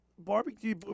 barbecue